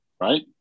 Right